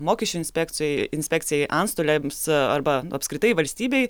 mokesčių inspekcijai inspekcijai antstoliams arba apskritai valstybei